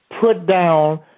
put-down